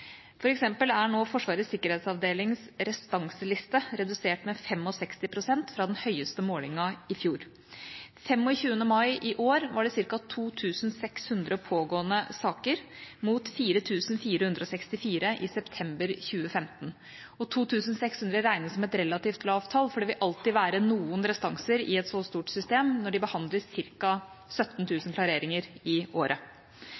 eksempel er nå Forsvarets sikkerhetsavdelings restanseliste redusert med 65 pst. fra den høyeste målingen i fjor. Den 25. mai i år var det ca. 2 600 pågående saker mot 4 464 i september 2015. 2 600 regnes som et relativt lavt tall fordi det alltid vil være noen restanser i et så stort system når de behandler ca. 17 000 klareringer i året.